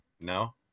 No